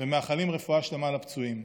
ומאחלים רפואה שלמה לפצועים.